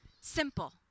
simple